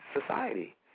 society